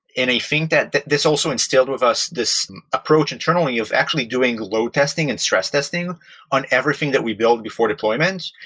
and i think that that this also instilled with us this approach internally of actually doing load testing and stress testing on everything that we build before deployment.